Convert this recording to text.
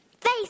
Face